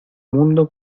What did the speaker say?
mundo